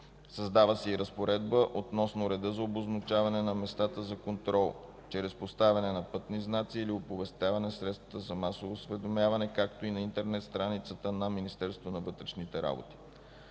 Създава се и разпоредба относно реда за обозначаване на местата за контрол – чрез поставяне на пътни знаци или оповестяване в средствата за масово осведомяване, както и на интернет страницата на Министерството на вътрешните работи.